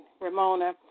Ramona